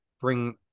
bring